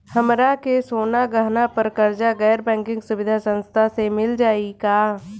हमरा के सोना गहना पर कर्जा गैर बैंकिंग सुविधा संस्था से मिल जाई का?